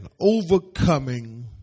Overcoming